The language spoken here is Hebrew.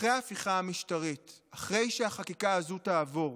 אחרי ההפיכה המשטרית, אחרי שהחקיקה הזו תעבור,